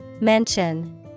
Mention